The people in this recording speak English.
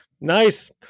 Nice